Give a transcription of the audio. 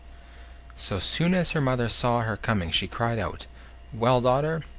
so soon as her mother saw her coming she cried out well, daughter?